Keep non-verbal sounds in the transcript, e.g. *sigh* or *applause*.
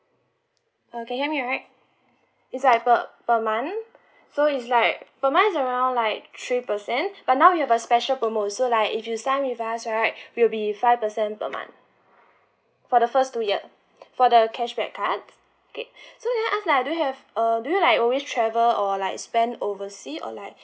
okay can hear me right it's like per per month so is like per month is around like three percent but now we have a special promo so like if you sign with us right *breath* will be five percent per month for the first two year for the cashback card okay *breath* so ya I ask like do you have do you like always travel or like spend oversea or like